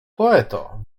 poeto